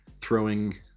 throwing